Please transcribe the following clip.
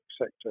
sector